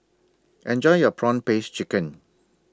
Enjoy your Prawn Paste Chicken